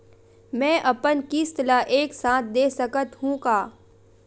मै अपन किस्त ल एक साथ दे सकत हु का?